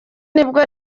nibwo